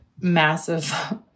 massive